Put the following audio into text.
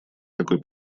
такой